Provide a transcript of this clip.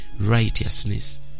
righteousness